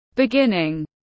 beginning